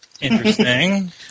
Interesting